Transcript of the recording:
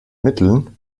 mitteln